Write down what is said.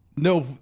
No